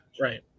Right